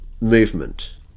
movement